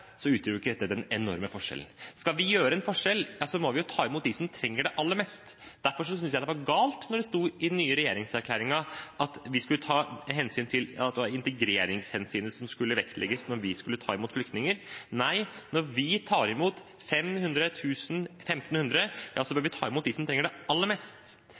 så må vi jo ta imot dem som trenger det aller mest. Derfor syntes jeg det var galt da det sto i den nye regjeringserklæringen at det var integreringshensynet som skulle vektlegges når vi skulle ta imot flyktninger. Nei, når vi tar imot 500, 1 000, 1 500, så bør vi ta imot dem som trenger det aller mest.